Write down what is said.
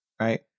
Right